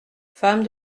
femme